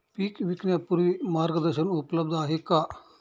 पीक विकण्यापूर्वी मार्गदर्शन उपलब्ध आहे का?